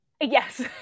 Yes